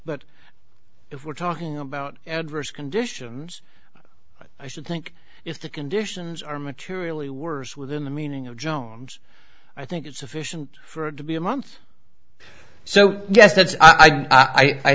but if we're talking about adverse conditions i should think if the conditions are materially worse within the meaning of jones i think it's sufficient for it to be a month so yes that's i